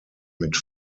mit